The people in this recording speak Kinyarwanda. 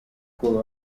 kuko